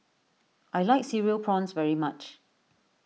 I like Cereal Prawns very much